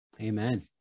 Amen